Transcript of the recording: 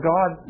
God